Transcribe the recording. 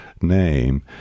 name